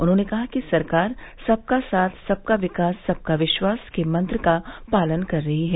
उन्होंने कहा कि सरकार सबका साथ सबका विकास सबका विश्वास के मंत्र का पालन कर रही है